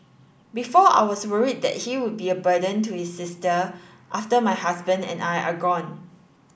before I was worried that he would be a burden to his sister after my husband and I are gone